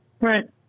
Right